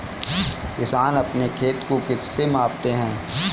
किसान अपने खेत को किससे मापते हैं?